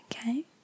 okay